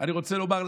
אני רוצה לומר,